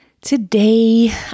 Today